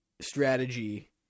strategy